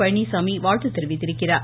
பழனிச்சாமி வாழ்த்து தெரிவித்திருக்கிறார்